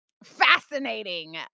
fascinating